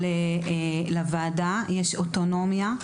אבל לוועדה יש אוטונומיה.